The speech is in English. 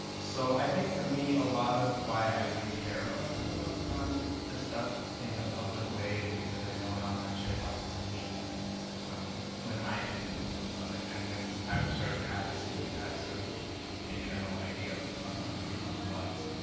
so i think for me, a lot of why i really care about talking about this stuff in a public way is because i know how much it helped me when i didn't know about it and when i sort of had a stigmatized sort of internal idea of of what mental health was.